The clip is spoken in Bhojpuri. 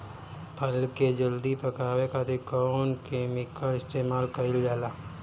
फल के जल्दी पकावे खातिर कौन केमिकल इस्तेमाल कईल जाला?